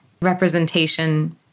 representation